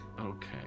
Okay